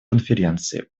конференции